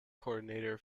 coordinator